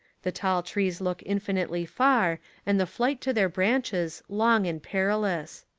the tall trees look infinitely far and the flight to their branches long and perilous.